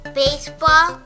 baseball